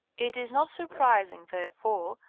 it is not surprising, therefore,